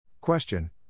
Question